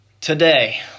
today